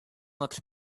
looked